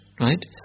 Right